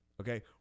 Okay